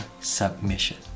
submission